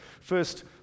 first